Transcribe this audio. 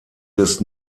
des